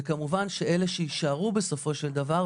וכמובן שאלה שיישארו בסופו של דבר,